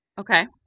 Okay